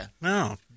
No